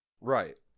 Right